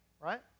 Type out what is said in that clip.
right